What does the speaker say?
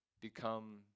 become